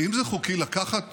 האם זה חוקי לקחת